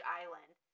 island